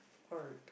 third